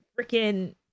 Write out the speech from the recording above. freaking